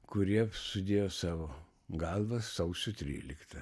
kurie sudėjo savo galvas sausio tryliktą